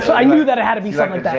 i knew that it had to be something